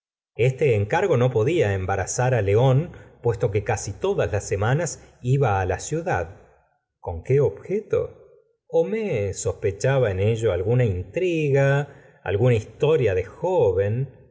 este encargo no podía embarazar león puesto que casi todas las semanas iba la ciudad con que objeto homais sospechaba en ello alguna intriga alguna historia de joven